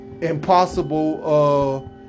impossible